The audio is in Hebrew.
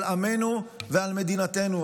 על עמנו ועל מדינתנו.